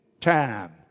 time